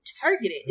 targeted